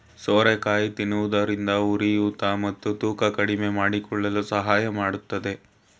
ಸೋರೆಕಾಯಿ ತಿನ್ನೋದ್ರಿಂದ ಉರಿಯೂತ ಮತ್ತು ತೂಕ ಕಡಿಮೆಮಾಡಿಕೊಳ್ಳಲು ಸಹಾಯ ಮಾಡತ್ತದೆ